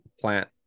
plant